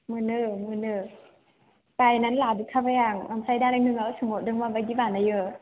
मोनो मोनो बायनानै लाबो खाबाय आं ओमफ्राय दा नोंनाव सोंहरदों माबायदि बानायो